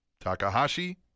Takahashi